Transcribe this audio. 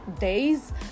days